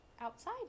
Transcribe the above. outside